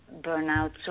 burnout